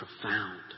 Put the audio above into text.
profound